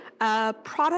Product